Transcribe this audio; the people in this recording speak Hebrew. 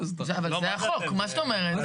אבל זה החוק, מה זאת אומרת?